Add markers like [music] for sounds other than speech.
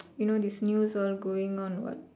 [noise] you know this news all going on what